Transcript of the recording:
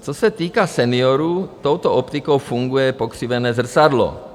Co se týká seniorů, touto optikou funguje pokřivené zrcadlo.